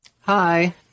Hi